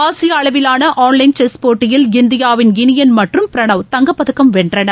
ஆசிய அளவிலாள online chess போட்டியில் இந்தியாவின் இனியன் மற்றும் பிரனாவ் தங்கப்பதக்கம் வென்றனர்